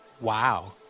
Wow